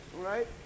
Right